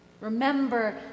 remember